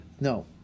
No